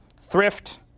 thrift